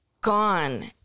gone